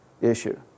issue